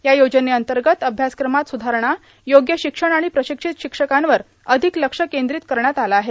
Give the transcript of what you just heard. या योजनेअंतर्गत अभ्यासक्रमात सुधारणा योग्य शिक्षण आणि प्रशिक्षित शिक्षकांवर अधिक लक्ष केंद्रीत करण्यात आला आहे